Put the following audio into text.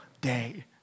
day